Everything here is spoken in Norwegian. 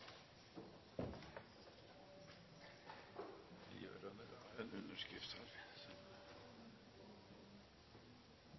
gjør det på en